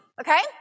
Okay